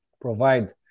provide